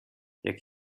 jak